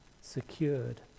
secured